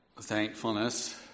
thankfulness